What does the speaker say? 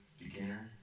beginner